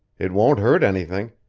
it won't hurt anything,